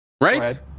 right